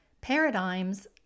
Paradigms